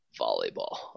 volleyball